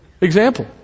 example